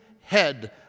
head